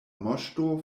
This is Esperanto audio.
moŝto